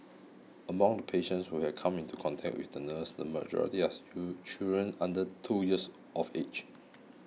among the patients who had come into contact with the nurse the majority as children under two years of age